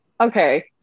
Okay